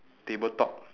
tabletop